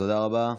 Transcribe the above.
תודה רבה.